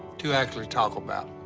to actually talk about,